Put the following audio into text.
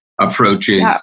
approaches